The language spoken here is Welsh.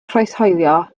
croeshoelio